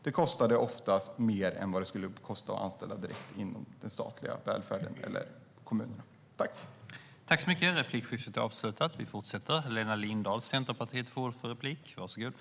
Det kostade oftast mer än det skulle kosta att anställa direkt inom den statliga välfärden eller i kommunen.